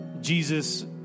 Jesus